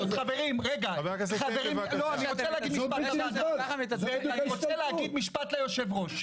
חברים, אני רוצה להגיד משפט ליושב-ראש.